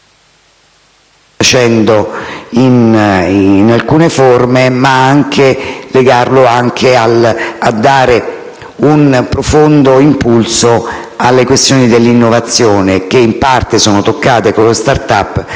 facendo in alcune forme, ma anche a dare un profondo impulso sulle questioni dell'innovazione (che in parte sono toccate con le *start up*):